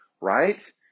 Right